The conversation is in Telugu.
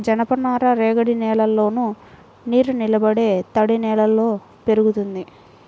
జనపనార రేగడి నేలల్లోను, నీరునిలబడే తడినేలల్లో పెరుగుతుంది